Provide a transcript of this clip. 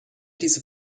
diese